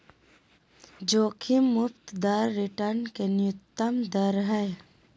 जोखिम मुक्त दर रिटर्न के न्यूनतम दर हइ